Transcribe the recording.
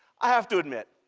i have to admit,